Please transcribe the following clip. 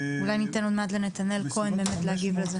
אולי ניתן עוד מעט לנתנאל כהן להגיד את זה.